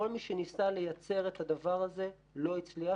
כל מי שניסה לייצר את הדבר הזה לא הצליח.